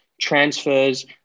transfers